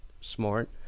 smart